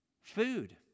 food